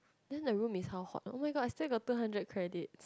then the room is how hot oh-my-god I still got two hundred credits